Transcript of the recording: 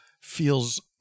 feels